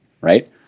right